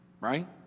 Right